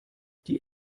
die